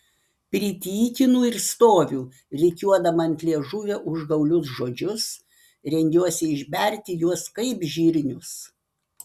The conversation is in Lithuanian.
pritykinu ir stoviu rikiuodama ant liežuvio užgaulius žodžius rengiuosi išberti juos kaip žirnius